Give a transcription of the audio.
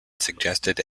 suggested